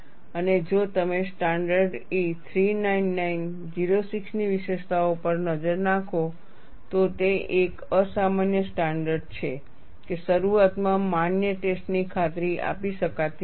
અને જો તમે સ્ટાન્ડર્ડ E 399 06 ની વિશેષતાઓ પર નજર નાખો તો તે એક અસામાન્ય સ્ટાન્ડર્ડ છે કે શરૂઆતમાં માન્ય ટેસ્ટ ની ખાતરી આપી શકાતી નથી